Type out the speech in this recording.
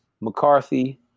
McCarthy